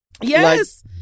Yes